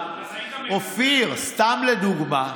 אופיר, סתם לדוגמה,